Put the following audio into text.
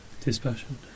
Dispassion